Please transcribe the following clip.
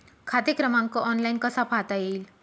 खाते क्रमांक ऑनलाइन कसा पाहता येईल?